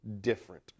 different